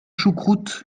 choucroute